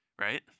right